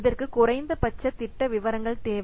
இதற்கு குறைந்தபட்ச திட்ட விவரங்கள் தேவை